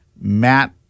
Matt